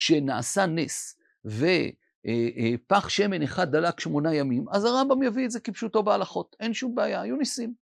שנעשה נס, ופח שמן אחד דלק שמונה ימים, אז הרמב״ם יביא את זה כפשוטו בהלכות, אין שום בעיה, היו ניסים.